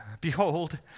behold